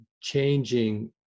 changing